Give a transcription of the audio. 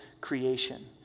creation